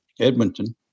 Edmonton